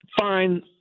fine